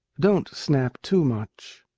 don't snap too much.